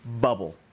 bubble